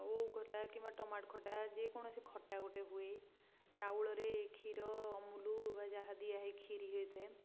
ଓଉ ଖଟା କିମ୍ବା ଟମାଟ ଖଟା ଯେକୌଣସି ଖଟା ଗୋଟେ ହୁଏ ଚାଉଳରେ କ୍ଷୀର ଅମୁଲ ବା ଯାହା ଦିଆ ହେଇ ଖିରି ହୋଇଥାଏ